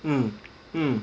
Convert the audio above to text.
mm mm